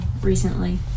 recently